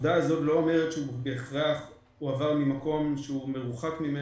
זה לא אומר שהוא הועבר לקבל טיפול במקום שמרוחק ממנו.